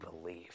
believe